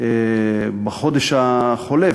בחודש החולף,